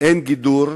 אין גידור,